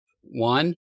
One